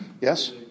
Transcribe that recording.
Yes